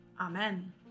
Amen